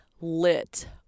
lit